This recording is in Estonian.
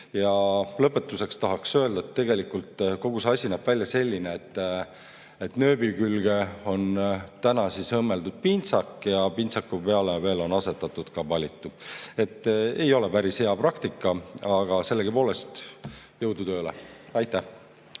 Ja lõpetuseks tahaks öelda, et tegelikult kogu see asi näeb välja selline, et nööbi külge on täna siis õmmeldud pintsak ja pintsaku peale veel on asetatud ka palitu. Ei ole päris hea praktika. Aga sellegipoolest jõudu tööle. Aitäh!